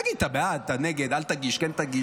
תגיד שאתה בעד, אתה נגד, אל תגיש, כן תגיש.